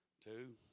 Two